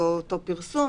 לא אותו פרסום,